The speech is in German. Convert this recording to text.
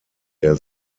der